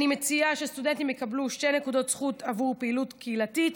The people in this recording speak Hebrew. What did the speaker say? אני מציעה שסטודנטים יקבלו שתי נקודות זכות עבור פעילות קהילתית.